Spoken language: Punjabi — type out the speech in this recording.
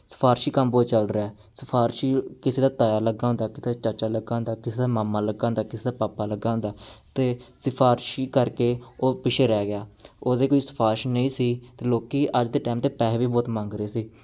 ਸਿਫਾਰਸ਼ੀ ਕੰਮ ਬਹੁਤ ਚੱਲ ਰਿਹਾ ਸਿਫਾਰਸ਼ ਕਿਸੇ ਦਾ ਤਾਇਆ ਲੱਗਿਆ ਹੁੰਦਾ ਕਿਸੇ ਦਾ ਚਾਚਾ ਲੱਗਿਆ ਹੁੰਦਾ ਕਿਸੇ ਦਾ ਮਾਮਾ ਲੱਗਿਆ ਹੁੰਦਾ ਕਿਸੇ ਦਾ ਪਾਪਾ ਲੱਗਿਆ ਹੁੰਦਾ ਅਤੇ ਸਿਫਾਰਸ਼ ਕਰਕੇ ਉਹ ਪਿੱਛੇ ਰਹਿ ਗਿਆ ਉਹਦੇ ਕੋਈ ਸਿਫਾਰਸ਼ ਨਹੀਂ ਸੀ ਅਤੇ ਲੋਕ ਅੱਜ ਦੇ ਟਾਈਮ 'ਤੇ ਪੈਸੇ ਵੀ ਬਹੁਤ ਮੰਗ ਰਹੇ ਸੀ